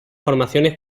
formaciones